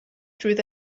through